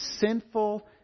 sinful